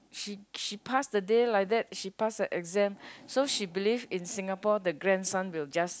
she she pass the day like that she pass the exam so she believe in Singapore the grandson will just